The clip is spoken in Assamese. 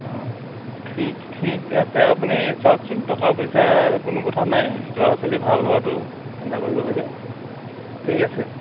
অ ঠিক ঠিক আছে আপুনি চাওকচোন টকা পইচা কোনো কথা নাই ল'ৰা ছোৱালী ভাল হোৱাটো চিন্তা কৰিব লাগে ঠিক আছে